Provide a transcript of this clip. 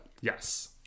Yes